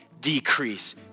decrease